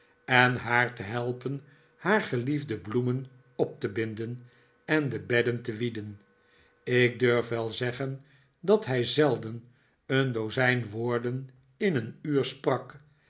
en haar te helpen haar geliefde bloemen op te binden en de bedden te wieden ik durf wel zeggen dat hii zelden een dozijn woorden in een uur sprak